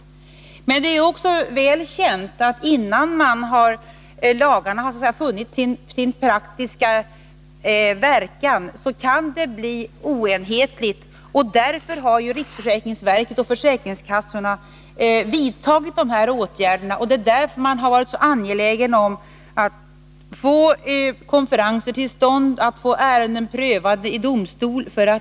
Men det är också väl känt att innan lagarna funnit sin praktiska verkan kan det förekomma fall som blir oenhetliga. Därför har riksförsäkringsverket och försäkringskassorna vidtagit sina åtgärder. Det är därför man har varit angelägen om att få konferenser till stånd och att få ärenden prövade av domstol.